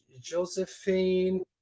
Josephine